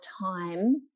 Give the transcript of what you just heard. time